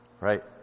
right